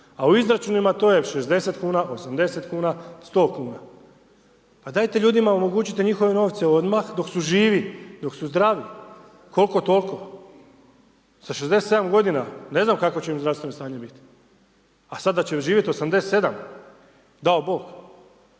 a u izračunima to je 60 kuna, 80 kuna, 100 kuna. Pa dajte ljudima omogućite njihove novce odmah dok su živi, dok su zdravi koliko-toliko, sa 67 g. ne znam kakvo će zdravstveno stanje biti. A sad da će doživjeti 87, dao Bog.